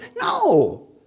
no